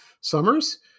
Summers